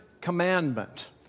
Commandment